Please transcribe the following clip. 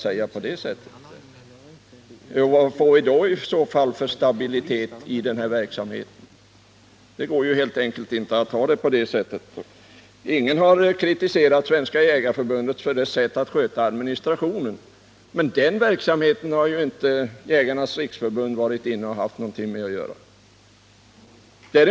Vad får vi då för stabilitet i denna verksamhet? Det går helt enkelt inte att ha det på det sättet. Ingen har kritiserat Svenska jägareförbundet för dess sätt att sköta administrationen, men den verksamheten har ju Jägarnas riksförbund inte haft någonting att göra med.